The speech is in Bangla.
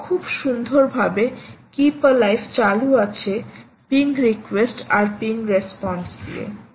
এবং খুব সুন্দর ভাবে কীপ এলাইভ চালু আছে পিং রিকোয়েস্ট আর পিং রেসপন্স দিয়ে